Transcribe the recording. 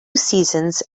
seasons